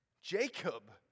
Jacob